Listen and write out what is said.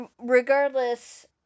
regardless